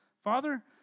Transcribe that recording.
Father